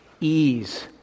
ease